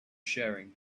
sharing